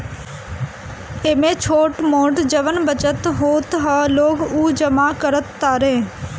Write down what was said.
एमे छोट मोट जवन बचत होत ह लोग उ जमा करत तारे